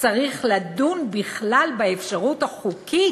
צריך לדון בכלל באפשרות החוקית